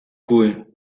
coué